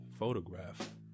photograph